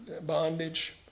bondage